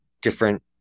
different